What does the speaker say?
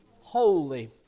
holy